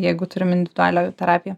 jeigu turim individualią terapiją